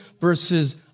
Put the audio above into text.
versus